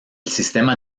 sistema